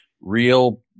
real